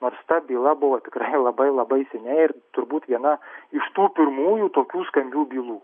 nors ta byla buvo tikrai labai labai seniai ir turbūt viena iš tų pirmųjų tokių skambių bylų